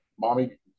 mommy